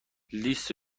لیست